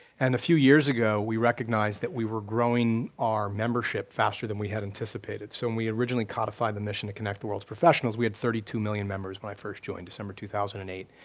and a few years ago we recognized that we were growing our membership faster than we had anticipated, so when we originally codified the mission to connect the world's professionals, we had thirty two million members when i first joined december two thousand and eight.